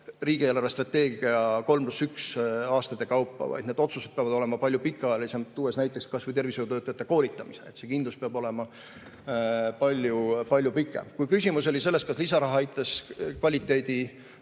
riigi eelarvestrateegia 3 + 1 aastate kaupa, vaid need otsused peavad olema palju pikaajalisemad, tuues näiteks kas või tervishoiutöötajate koolitamise. See kindlus peab olema palju pikem. Kui küsimus oli selles, kas lisaraha aitas tervishoiu